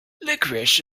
licorice